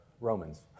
Romans